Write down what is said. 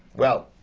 well,